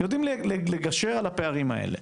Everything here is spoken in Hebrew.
יודעים לגשר על הפערים האלה.